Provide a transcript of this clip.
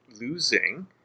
losing